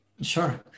sure